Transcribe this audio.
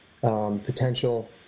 potential